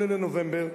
ב-28 בנובמבר,